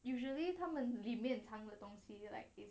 usually 他们里面长的东西 like it's